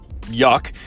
yuck